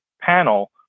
panel